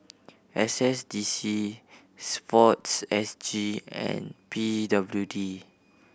S S D C Sports S G and P W D